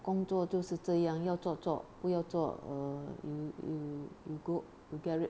工作就是这样要做做不要做 err you you you go you get rid